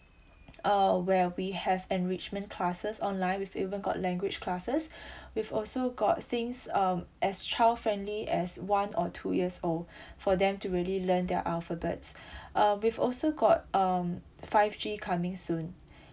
uh where we have enrichment classes online we've even got language classes we've also got things um as child friendly as one or two years old for them to really learn their alphabets uh we've also got um five G coming soon